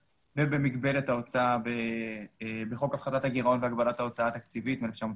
ובמגבלת ההוצאה בחוק הפחתת הגירעון והגבלת ההוצאה התקציבית מ-1992.